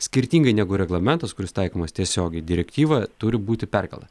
skirtingai negu reglamentas kuris taikomas tiesiogiai direktyva turi būti perkela